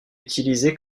utilisée